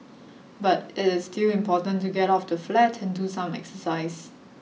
but it is still important to get out of the flat and do some exercise